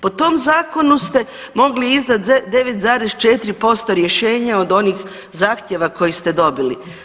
Po tom zakonu ste mogli izdat 9,4% rješenja od onih zahtjeva koje ste dobili.